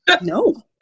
No